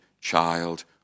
child